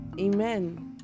Amen